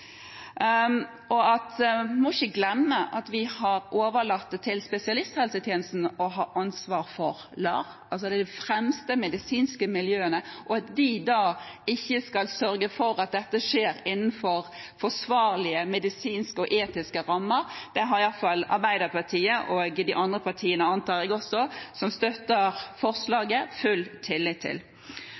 må ikke glemme at vi har overlatt ansvaret for LAR til spesialisthelsetjenesten, de fremste medisinske miljøene, og at de skal sørge for at dette skjer innenfor forsvarlige medisinske og etiske rammer, har i alle fall Arbeiderpartiet og også de andre partiene, antar jeg, som støtter forslaget, full tillit til.